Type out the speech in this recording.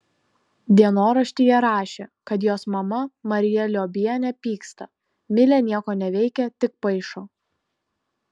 dienoraštyje rašė kad jos mama marija liobienė pyksta milė nieko neveikia tik paišo